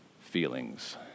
feelings